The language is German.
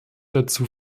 dazu